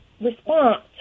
response